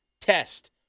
Test